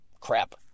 crap